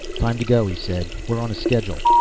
time to go, he said. we're on schedule